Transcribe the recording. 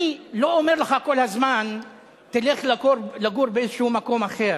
אני לא אומר לך כל הזמן תלך לגור באיזה מקום אחר,